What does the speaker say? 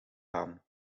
aan